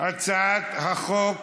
הצעת חוק